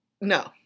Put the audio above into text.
no